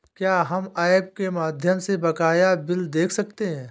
क्या हम ऐप के माध्यम से बकाया बिल देख सकते हैं?